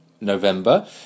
November